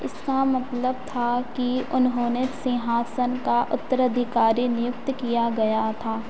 इसका मतलब था कि उन्होंने सिंहासन का उत्तराधिकारी नियुक्त किया गया था